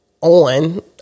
on